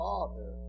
Father